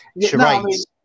charades